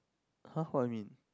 [huh] what you mean